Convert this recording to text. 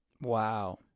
Wow